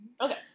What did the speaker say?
Okay